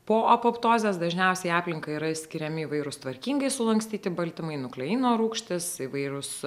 po apoptozės dažniausiai į aplinką yra išskiriami įvairūs tvarkingai sulankstyti baltymai nukleino rūgštys įvairūs